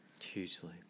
Hugely